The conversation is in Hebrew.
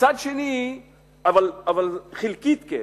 חלקית כן.